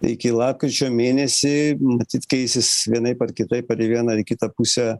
iki lapkričio mėnesį matyt keisis vienaip ar kitaip ar į vieną ar kitą pusę